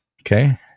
Okay